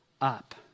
up